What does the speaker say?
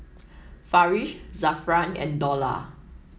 Farish Zafran and Dollah